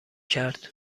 کرد